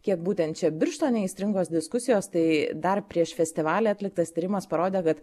kiek būtent čia birštone aistringos diskusijos tai dar prieš festivalį atliktas tyrimas parodė kad